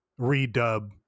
redub